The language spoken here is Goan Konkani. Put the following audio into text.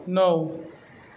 णव